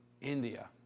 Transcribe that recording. India